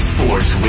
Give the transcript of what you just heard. Sports